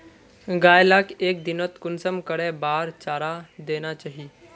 गाय लाक एक दिनोत कुंसम करे बार चारा देना चही?